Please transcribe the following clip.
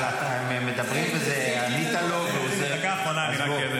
אבל אתם מדברים, וענית לו, תסיים.